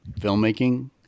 filmmaking